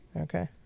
Okay